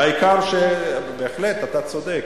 העיקר, בהחלט אתה צודק.